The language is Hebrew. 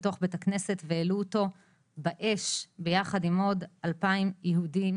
בתוך בית הכנסת והעלו אותו באש ביחד עם עוד 2,000 יהודים